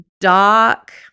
dark